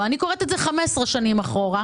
אני קוראת את זה 15 שנים אחורה,